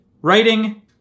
writing